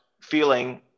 feeling